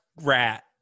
rat